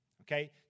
okay